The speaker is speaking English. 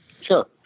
Sure